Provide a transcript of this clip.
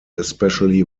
especially